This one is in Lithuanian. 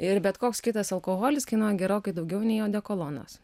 ir bet koks kitas alkoholis kainuoja gerokai daugiau nei odekolonas